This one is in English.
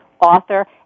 author